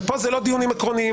ופה זה לא דיונים עקרוניים,